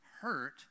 hurt